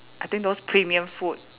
I think those premium food